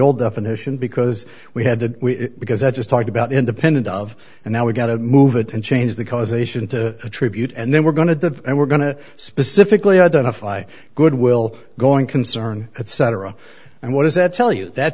old definition because we had to because i just talked about independent of and now we get it move it and change the causation to attribute and then we're going to and we're going to specifically identify good will going concern at cetera and what does that tell you that